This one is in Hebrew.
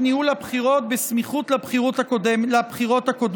ניהול הבחירות בסמיכות לבחירות הקודמות: